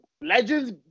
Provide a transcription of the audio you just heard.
legends